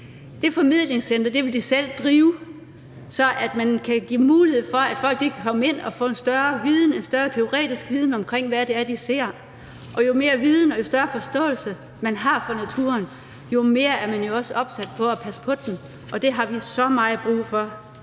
Det formidlingscenter vil de selv drive, så man kan give mulighed for, at folk kan komme ind og få en større teoretisk viden om, hvad det er, de ser, og jo mere viden om og jo større forståelse man har for naturen, jo mere er man også opsat på at passe på den, og det har vi så meget brug for